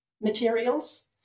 materials